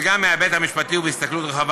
וגם מההיבט המשפטי ובהסתכלות רחבה,